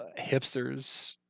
Hipsters